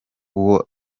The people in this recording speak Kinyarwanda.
uwo